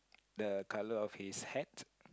the colour of his hat